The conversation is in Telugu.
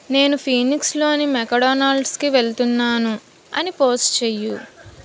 నేను ఫీనిక్స్లోని మెక్డొనాల్డ్స్కి వెళుతున్నాను అని పోస్ట్ చేయుము